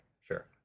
Sure